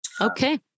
Okay